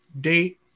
date